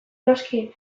noski